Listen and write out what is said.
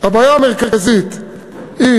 הבעיה המרכזית היא